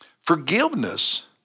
forgiveness